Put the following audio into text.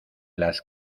las